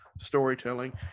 storytelling